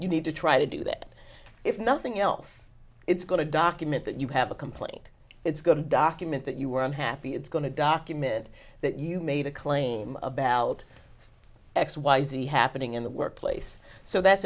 you need to try to do that if nothing else it's going to document that you have a complaint it's going to document that you were unhappy it's going to document that you made a claim about x y z happening in the workplace so that's